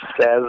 says